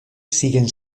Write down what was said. siguen